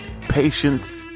patience